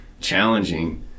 challenging